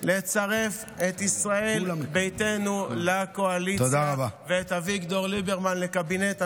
לצרף את ישראל ביתנו לקואליציה ואת אביגדור ליברמן לקבינט המלחמה,